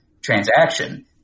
transaction